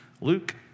Luke